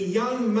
young